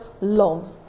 love